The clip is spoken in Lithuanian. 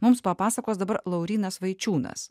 mums papasakos dabar laurynas vaičiūnas